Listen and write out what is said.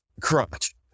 crotch